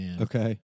Okay